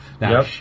Now